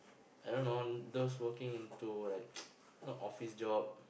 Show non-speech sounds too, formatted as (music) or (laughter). I don't know those working into like (noise) not office job